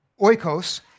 oikos